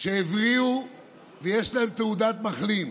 שהבריאו ויש להם תעודת מחלים,